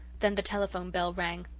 then the telephone-bell rang.